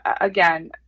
again